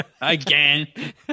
again